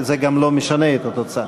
זה גם לא משנה את התוצאה.